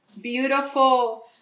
beautiful